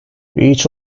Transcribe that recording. each